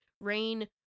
rain